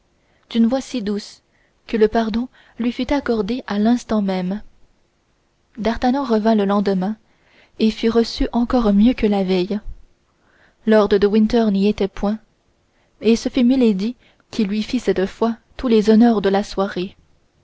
d'une voix si douce que le pardon lui fut accordé à l'instant même d'artagnan revint le lendemain et fut reçu encore mieux que la veille lord de winter n'y était point et ce fut milady qui lui fit cette fois tous les honneurs de la soirée